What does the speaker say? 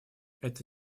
это